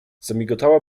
zamigotała